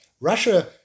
Russia